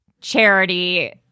charity